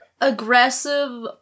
Aggressive